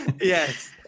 Yes